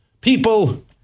people